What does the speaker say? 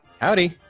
Howdy